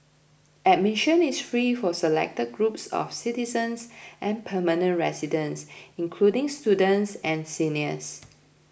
admission is free for selected groups of citizens and permanent residents including students and seniors